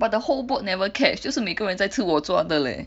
but the whole boat never catch 就是每个人在吃我抓的 leh